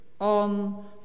on